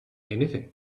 anything